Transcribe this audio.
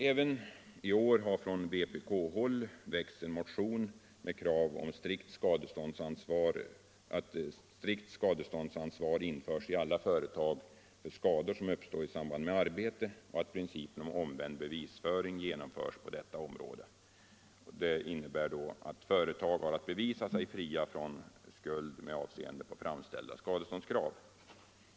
Även i år har från vpk-håll väckts en motion med krav på att strikt skadeståndsansvar införs i alla företag för skador som uppstår i samband med arbetet och att principen om ”omvänd bevisföring” tillämpas på detta område. Det skulle då innebära att företag har att bevisa sig fria från skuld med avseende på framställda skadeståndskrav.